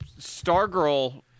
Stargirl